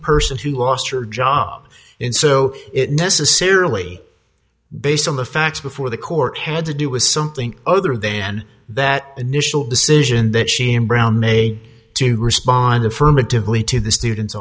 person who lost her job and so it necessarily based on the facts before the court had to do with something other then that initial decision that she and brown made to respond affirmatively to the students